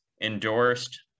endorsed